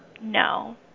No